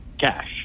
cash